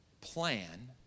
plan